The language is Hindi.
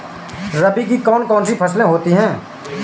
रबी की कौन कौन सी फसलें होती हैं?